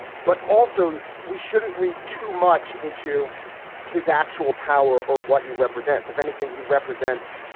but also we shouldn't read too much into his actual power or what he represents. if anything, he represents,